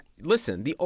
listen